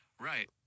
Right